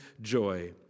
joy